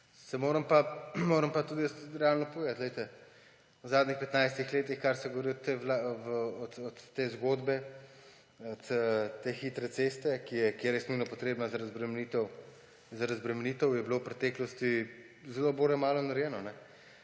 Moram pa tudi jaz realno povedati, da v zadnjih petnajstih letih, odkar se govori o zgodbi te hitre ceste, ki je res nujno potrebna za razbremenitev, je bilo v preteklosti zelo bore malo narejeno.